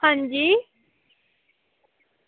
आं जी